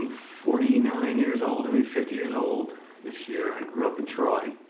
forty nine years old, i mean fifty years old this year. i grew up in troy.